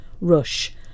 rush